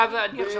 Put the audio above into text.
עדכון.